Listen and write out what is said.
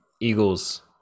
Eagles